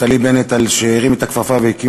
נפתלי בנט על שהרים את הכפפה והקים